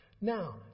Now